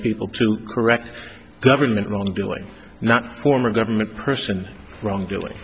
people to correct government wrongdoing not former government person wrongdoing